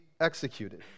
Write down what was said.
executed